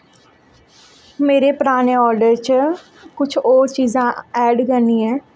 मेरे पराने आर्डर च कुछ होर चीजां ऐड करनियां ऐ